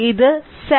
ഇത് 7